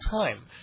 time